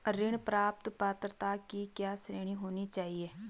ऋण प्राप्त पात्रता की क्या श्रेणी होनी चाहिए?